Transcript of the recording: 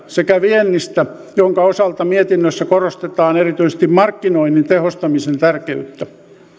sekä viennistä jonka osalta mietinnössä korostetaan erityisesti markkinoinnin tehostamisen tärkeyttä